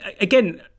again